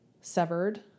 severed